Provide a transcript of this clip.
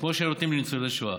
כמו שנותנים לניצולי השואה.